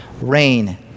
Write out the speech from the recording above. rain